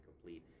complete